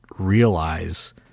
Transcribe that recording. realize